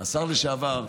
השר לשעבר,